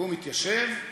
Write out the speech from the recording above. והוא מתיישב,